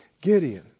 Gideon